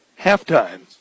halftime